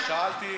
שאלתי,